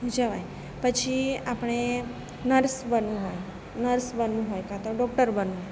જવાય પછી આપણે નર્સ બનવું હોય નર્સ બનવું હોય કાં તો ડૉક્ટર બનવું હોય